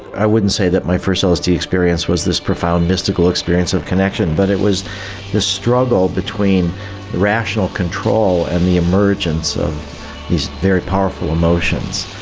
i wouldn't say that my first lsd experience was this profound mystical experience of connection, but it was the struggle between rational control and the emergence of these very powerful emotions.